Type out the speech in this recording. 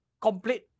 complete